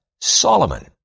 Solomon